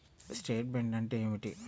Statement అంటే ఏమిటి?